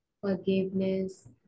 forgiveness